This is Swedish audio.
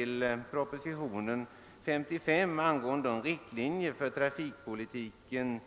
Utskottet skriver: »1 proposition nr 55 år 1967 angående riktlinjerna för trafikpolitiken